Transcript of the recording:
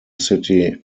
city